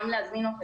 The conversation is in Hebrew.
גם להזמין אוכל,